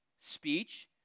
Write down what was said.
speech